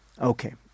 Okay